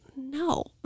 no